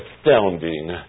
astounding